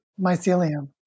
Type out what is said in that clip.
Mycelium